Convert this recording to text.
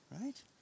right